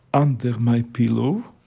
under my pillow,